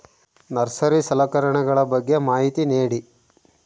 Nursery ಸಲಕರಣೆಗಳ ಬಗ್ಗೆ ಮಾಹಿತಿ ನೇಡಿ?